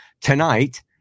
tonight